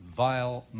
vile